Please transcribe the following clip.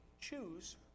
choose